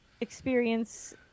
experience